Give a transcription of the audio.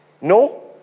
No